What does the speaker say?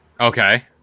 Okay